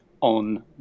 on